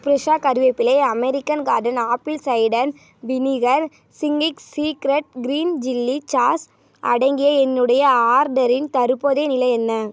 ஃப்ரெஷா கருவேப்பிலை American garden apple cider vinegar சிங்கிக்ஸ் secret green chilli sauce அடங்கிய என்னுடைய ஆர்டரின் தற்போதைய நிலை என்ன